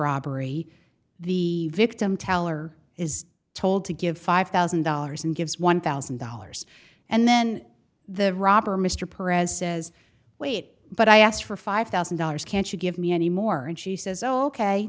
robbery the victim teller is told to give five thousand dollars and gives one thousand dollars and then the robber mr per as says wait but i asked for five thousand dollars can't you give me any more and she says ok